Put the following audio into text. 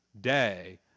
day